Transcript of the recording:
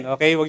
Okay